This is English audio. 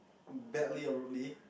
badly or rudely